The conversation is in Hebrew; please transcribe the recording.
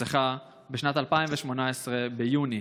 נרצחה בשנת 2018, ביוני.